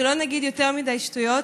שלא נגיד יותר מדי שטויות.